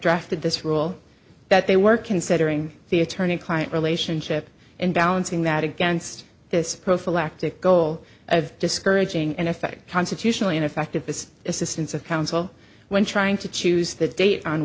drafted this rule that they were considering the attorney client relationship and balancing that against this prophylactic goal of discouraging in effect constitutionally ineffective his assistance of counsel when trying to choose the date on